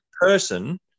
person